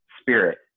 spirit